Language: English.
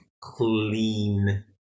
clean